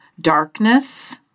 darkness